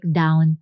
down